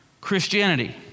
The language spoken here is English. Christianity